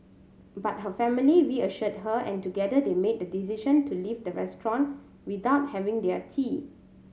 but her family reassured her and together they made the decision to leave the restaurant without having their tea